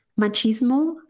machismo